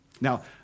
Now